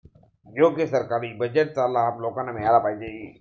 योग्य सरकारी बजेटचा लाभ लोकांना मिळाला पाहिजे